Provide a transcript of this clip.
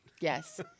Yes